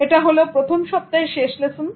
এটা হল প্রথম সপ্তাহের শেষ লেসন